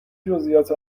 جزئیات